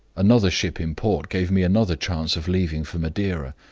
another ship in port gave me another chance of leaving for madeira.